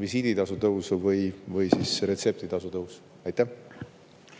visiiditasu tõusu või siis retseptitasu tõusu. Suur